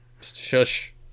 Shush